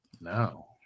No